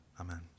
Amen